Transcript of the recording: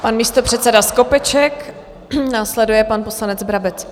Pan místopředseda Skopeček, následuje pan poslanec Brabec.